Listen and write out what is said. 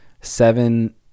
seven